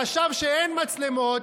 חשב שאין מצלמות,